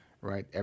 right